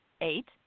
eight